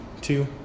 two